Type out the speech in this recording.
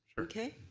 okay.